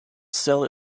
sell